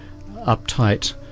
uptight